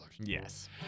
Yes